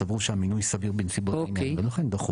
סברו שהמינוי סביר בנסיבות העניין ולכן דחו.